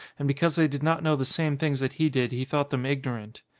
and because they did not know the same things that he did he thought them ignorant.